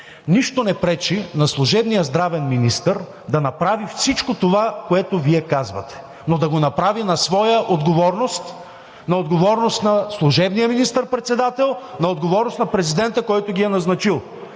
Нищо не пречи на служебния здравен министър да направи всичко това, което Вие казвате, но да го направи на своя отговорност, на отговорност на служебния министър-председател, на отговорност на президента, който ги е назначил.